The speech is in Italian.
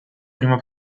prima